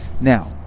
Now